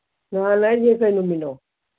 ꯅꯍꯥꯟ ꯍꯥꯏꯁꯦ ꯀꯩ ꯅꯨꯃꯤꯠꯅꯣ